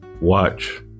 watch